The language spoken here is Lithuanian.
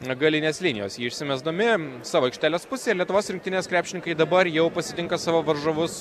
galinės linijos jį išsimesdami savo aikšteles pusėje lietuvos rinktinės krepšininkai dabar jau pasitinka savo varžovus